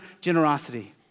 generosity